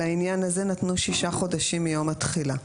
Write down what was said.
על העניין הזה נתנו שישה חודשים מיום התחילה,